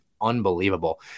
unbelievable